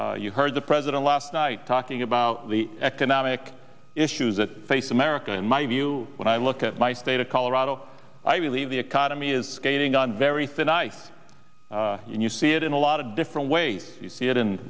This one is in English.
behalf you heard the president last night talking about the economic issues that face america in my view when i look at my state of colorado i believe the economy is skating on very thin ice and you see it in a lot of different ways you see it in